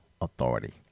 authority